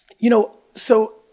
you know, so,